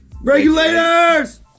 Regulators